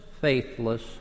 faithless